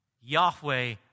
Yahweh